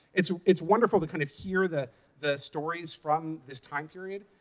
it's it's wonderful to kind of hear the the stories from this time period.